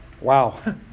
Wow